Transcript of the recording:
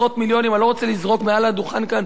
אני לא רוצה לזרוק מעל הדוכן כאן מספר,